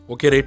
Okay